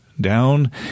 down